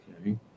okay